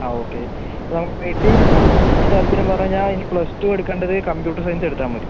ആ ഓക്കേ ഇപ്പം I T ആണ് താൽപര്യം പറഞ്ഞ് കഴിഞ്ഞാൽ ഇനി പ്ലസ് ടു എടുക്കേണ്ടത് കമ്പ്യൂട്ടർ സയൻസ് എടുത്താൽ മതി